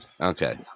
Okay